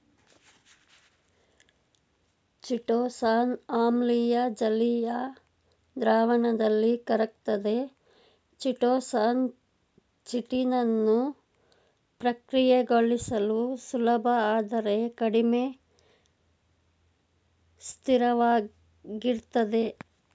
chitosan ಆಮ್ಲೀಯ ಜಲೀಯ ದ್ರಾವಣದಲ್ಲಿ ಕರಗ್ತದೆ ಚಿಟೋಸಾನ್ ಚಿಟಿನನ್ನು ಪ್ರಕ್ರಿಯೆಗೊಳಿಸಲು ಸುಲಭ ಆದರೆ ಕಡಿಮೆ ಸ್ಥಿರವಾಗಿರ್ತದೆ